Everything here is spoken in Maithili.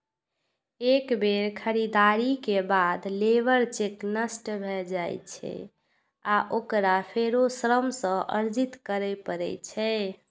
एक बेर खरीदारी के बाद लेबर चेक नष्ट भए जाइ छै आ ओकरा फेरो श्रम सँ अर्जित करै पड़ै छै